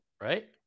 Right